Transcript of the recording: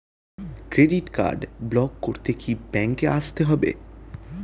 Credit card block করতে কি ব্যাংকে আসতে হবে?